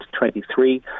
23%